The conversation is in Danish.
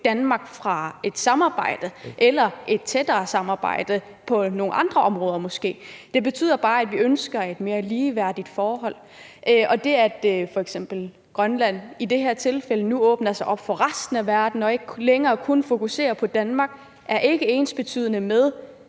Danmark fra et samarbejde eller et tættere samarbejde på nogle andre områder måske. Det betyder bare, at vi ønsker et mere ligeværdigt forhold, og det, at f.eks. Grønland i det her tilfælde nu åbner sig op for resten af verden og ikke længere kun fokuserer på Danmark, er ikke ensbetydende med,